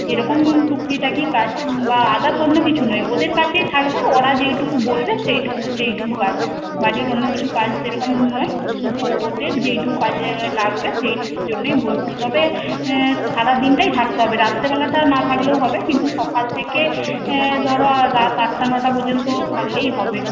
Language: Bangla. এরকম টুকিটাকি কাজ বা আদার্স অন্য কিছু নয় ওদের কাছেই থাকবে ওরা যেইটুকু বলবে সেইটুকু সেইটুকু কাজ বাড়ির অন্য কিছু কাজ সেরকম নয় শুধু ওদের যেইটুকু কাজে লাগবে সেইটুকুর জন্যই বলছি তবে সারাদিনটাই থাকতে হবে রাত্রেবেলাটা না থাকলেও হবে কিন্তু সকাল থেকে ধরো রাত আটটা নটা পর্যন্ত থাকলেই হবে